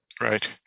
Right